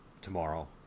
tomorrow